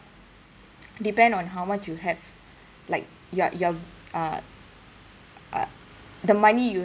depend on how much you have like you're you're uh the money you